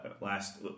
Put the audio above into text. last